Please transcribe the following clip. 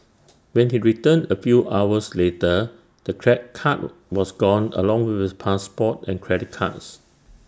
when he returned A few hours later the crack car was gone along with his passport and credit cards